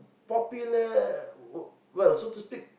popular well so to speak